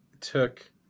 took